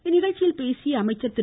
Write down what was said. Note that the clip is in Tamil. இந்நிகழ்ச்சியில் பேசிய அமைச்சர் திரு